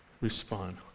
respond